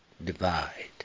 divide